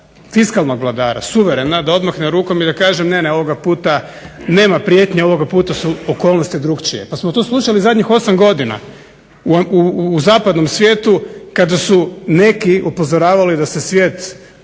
fiskalnog vladara suverena da odmahne rukom i da kaže, ne, ne, ovoga puta nema prijetnje, ovoga puta su okolnosti drukčije, pa smo to slušali zadnjih 8 godina. U zapadnom svijetu kada su neki upozoravali da se svijet